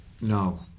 no